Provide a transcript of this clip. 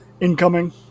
incoming